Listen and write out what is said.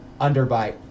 underbite